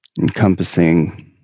encompassing